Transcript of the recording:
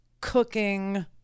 cooking